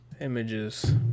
Images